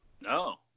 No